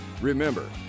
Remember